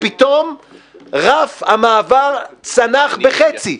-- שפתאום רף המעבר צנח בחצי?